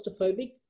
claustrophobic